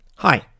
Hi